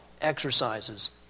exercises